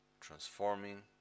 transforming